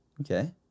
Okay